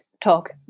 talk